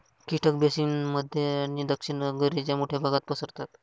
कीटक बेसिन मध्य आणि दक्षिण हंगेरीच्या मोठ्या भागात पसरतात